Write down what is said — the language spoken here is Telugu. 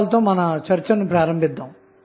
ఇంతటితో నేటి సెషన్ ను ముగిద్దాము